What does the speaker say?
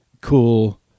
cool